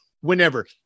Whenever